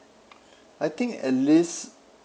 I think at least